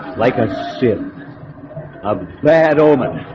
like a sin of bad omen